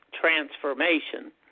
transformation